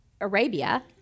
Arabia